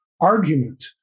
argument